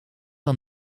aan